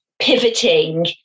pivoting